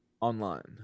online